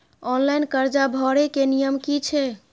Online कर्जा भरे के नियम की छे?